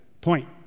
point